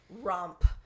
romp